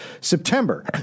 September